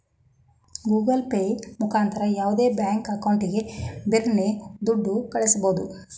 Google Pay ಮುಖಾಂತರ ಯಾವುದೇ bank ಅಕೌಂಟಿಗೆ ಬಿರರ್ನೆ ದುಡ್ಡ ಕಳ್ಳಿಸ್ಬೋದು